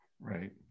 right